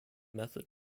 method